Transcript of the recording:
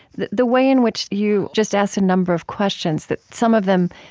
the the way in which you just ask a number of questions that some of them,